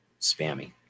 spammy